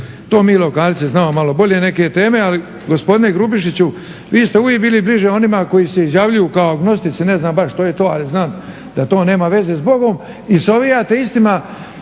to mi lokalci znamo malo bolje neke teme. Ali gospodine Grubišiću vi ste uvijek bili bliže onima koji se izjavljuju kao agnostici, ne znam baš što je to, ali znam da to nema veza s Bogom i s ovim ateistima